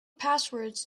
passwords